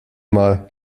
mal